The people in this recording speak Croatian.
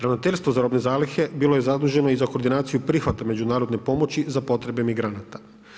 Ravnateljstvo za robne zalihe bilo je zaduženo i za koordinaciju prihvata međunarodne pomoći za potrebe migranata.